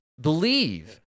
believe